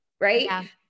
Right